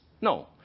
No